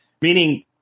Meaning